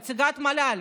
נציגת מל"ל,